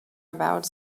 about